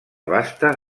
vasta